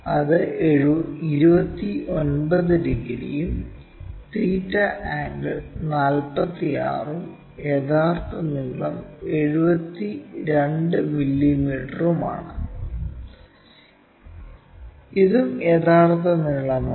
അത് 29 ഡിഗ്രിയും theta angle 46 ഉം യഥാർത്ഥ നീളം 72 മില്ലീമീറ്ററുമാണ് ഇതും യഥാർത്ഥ നീളമാണ്